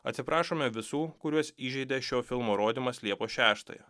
atsiprašome visų kuriuos įžeidė šio filmo rodymas liepos šeštąją